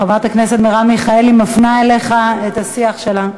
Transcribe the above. חברת הכנסת מרב מיכאלי מפנה אליך את השיח שלה.